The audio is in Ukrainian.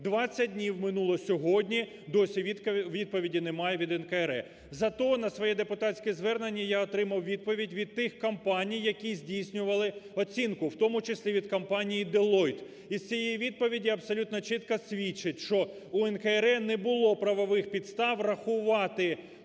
20 днів минуло сьогодні, досі відповіді немає від НКРЕ, зато на своє депутатське звернення я отримав відповідь від тих компаній, які здійснювали оцінку, в тому числі від компанії "Делойт". І з цієї відповіді абсолютно чітко свідчить, що у НКРЕ не було правових підстав рахувати ці